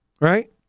Right